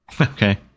okay